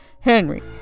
Henry